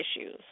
issues